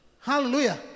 Hallelujah